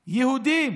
יהודים,